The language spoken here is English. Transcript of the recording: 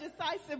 decisive